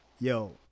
yo